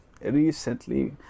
recently